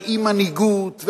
ועל אי-מנהיגות,